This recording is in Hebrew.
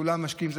כולם משקיעים.